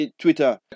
Twitter